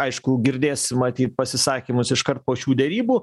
aišku girdėsim matyt pasisakymus iškart po šių derybų